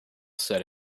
said